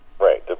Right